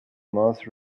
most